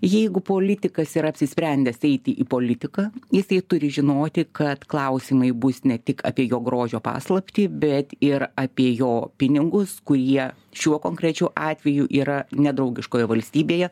jeigu politikas yra apsisprendęs eiti į politiką jisai turi žinoti kad klausimai bus ne tik apie jo grožio paslaptį bet ir apie jo pinigus kurie šiuo konkrečiu atveju yra nedraugiškoj valstybėje